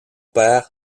père